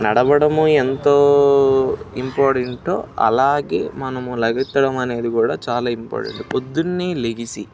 నడవడము ఎంతో ఇంపార్టెంటో అలాగే మనము లగెత్తడం అనేది కూడా చాలా ఇంపార్టెంట్ పొద్దున్నే లేచి